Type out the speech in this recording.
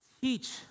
teach